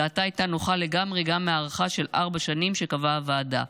דעתה הייתה נוחה לגמרי גם מהארכה של ארבע שנים שקבעה הוועדה.